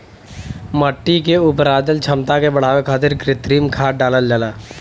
मट्टी के उपराजल क्षमता के बढ़ावे खातिर कृत्रिम खाद डालल जाला